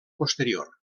posterior